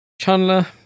Chandler